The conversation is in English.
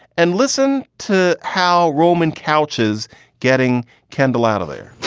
and listen to how roman couches getting kendell out of there